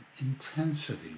intensity